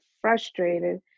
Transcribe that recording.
frustrated